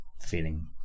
feeling